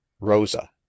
rosa